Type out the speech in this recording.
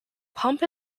pump